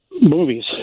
movies